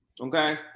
Okay